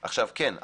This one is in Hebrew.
עכשיו כן,